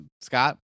Scott